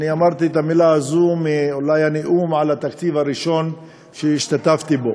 אני אמרתי את המילה הזאת אולי בנאום על התקציב הראשון שהשתתפתי בו,